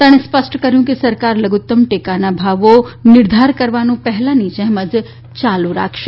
તેમણે સ્પષ્ટ કર્યુ કે સરકાર લધુત્તમ ટેકાના ભાવો નિર્ધાર કરવાનું પહેલાની જેમ જ ચાલુ રાખશે